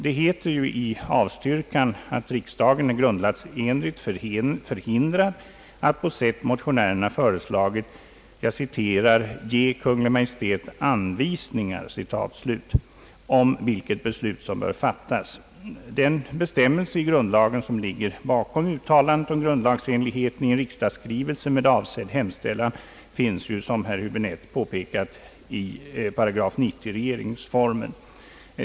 Det heter i avstyrkandet att riksdagen är grundlagsenligt förhindrad att på sätt motionärerna föreslagit »ge Kungl. Maj:t anvisningar» om vilket beslut som bör fattas. Den bestämmelse i grundlagen som ligger bakom uttalandet om grundlagsenligheten i en skrivelse med avsedd hemställan finns i § 90 regeringsformen.